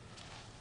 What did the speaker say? (מצגת).